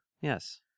Yes